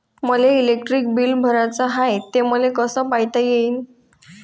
मले electric bill भराचं हाय, ते मले कस पायता येईन?